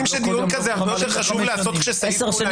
שדיון כזה הרבה יותר חשוב לעשות כשסעיף מול העיניים?